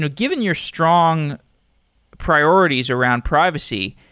ah given your strong priorities around privacy,